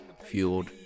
fueled